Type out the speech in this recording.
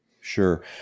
sure